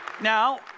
Now